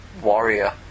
warrior